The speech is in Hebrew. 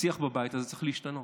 השיח בבית הזה צריך להשתנות.